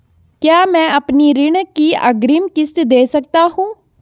क्या मैं अपनी ऋण की अग्रिम किश्त दें सकता हूँ?